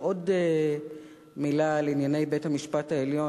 עוד מלה על ענייני בית-המשפט העליון,